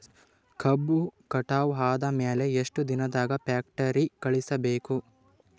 ಕಬ್ಬು ಕಟಾವ ಆದ ಮ್ಯಾಲೆ ಎಷ್ಟು ದಿನದಾಗ ಫ್ಯಾಕ್ಟರಿ ಕಳುಹಿಸಬೇಕು?